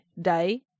day